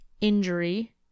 injury